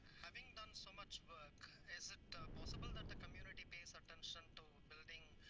having done so much work, is it possible that the community pays attention to building